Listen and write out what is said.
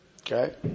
Okay